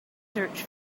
search